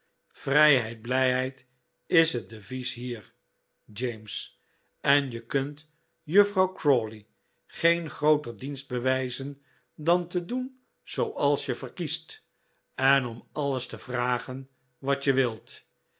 vrijheid blijheid is het devies hier james en je kunt juffrouw crawley geen grooter dienst bewijzen dan te doen zooals je verkiest en om alles te vragen wat je wilt